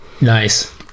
Nice